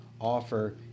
offer